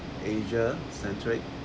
asia centric